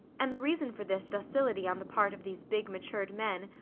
and the reason for this docility on the part of these big, matured men,